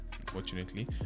unfortunately